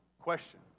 question